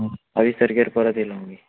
बावीस तारकेर परत येयलो मागी